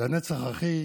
"לנצח אחי",